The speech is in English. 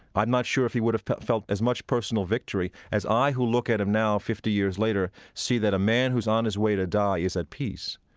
i'm not sure if he would have felt as much personal victory as i, who look at him now fifty years later, see that a man who's on his way to die is at peace,